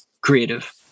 creative